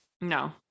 No